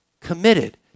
committed